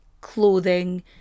clothing